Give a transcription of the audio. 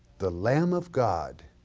the lamb of god.